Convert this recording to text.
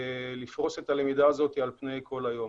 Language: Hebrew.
לפרוש את הלמידה על פני כל היום.